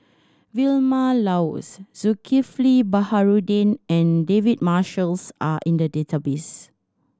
Vilma Laus Zulkifli Baharudin and David Marshalls are in the database